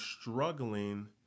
struggling